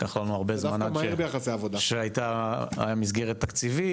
לקח לנו הרבה זמן עד שהייתה המסגרת התקציבית.